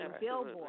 billboard